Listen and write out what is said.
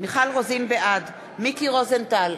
בעד מיקי רוזנטל,